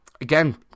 again